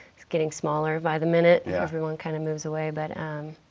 it's getting smaller by the minute. yeah everyone kind of moves away. but, um